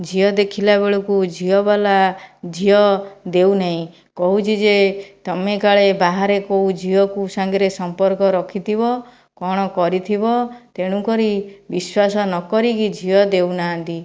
ଝିଅ ଦେଖିଲା ବେଳକୁ ଝିଅବାଲା ଝିଅ ଦେଉନାଇଁ କହୁଛି ଯେ ତମେ କାଳେ ବାହାରେ କୋଉ ଝିଅକୁ ସାଙ୍ଗରେ ସମ୍ପର୍କ ରଖିଥିବ କଣ କରିଥିବ ତେଣୁକରି ବିଶ୍ୱାସ ନକରିକି ଝିଅ ଦେଉନାହାନ୍ତି